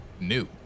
new